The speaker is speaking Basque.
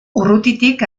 urrutitik